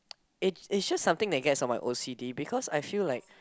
it it's just something that gets on my o_c_d because I feel like